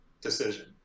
decision